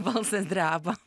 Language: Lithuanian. balsas dreba